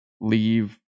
leave